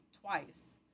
twice